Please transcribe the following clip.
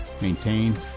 maintain